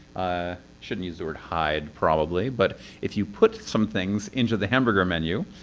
i shouldn't use the word hide, probably, but if you put some things into the hamburger menu,